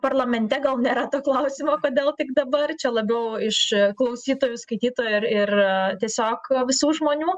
parlamente gal nėra to klausimo kodėl tik dabar čia labiau iš klausytojų skaitytojų ir ir tiesiog visų žmonių